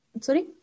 sorry